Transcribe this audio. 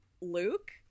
Luke